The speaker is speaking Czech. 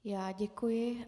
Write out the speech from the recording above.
Já děkuji.